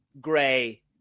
gray